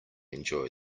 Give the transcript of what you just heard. enjoy